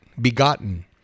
begotten